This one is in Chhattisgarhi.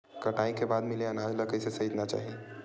कटाई के बाद मिले अनाज ला कइसे संइतना चाही?